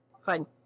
Fine